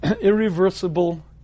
Irreversible